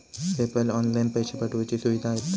PayPal online पैशे पाठवुची सुविधा देता